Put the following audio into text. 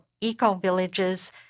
Eco-Villages